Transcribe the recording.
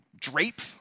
drape